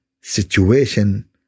situation